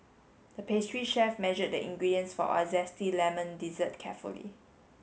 the pastry chef measured the ingredients for a zesty lemon dessert carefully